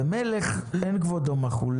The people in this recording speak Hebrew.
ומלך, אין כבודו מחול.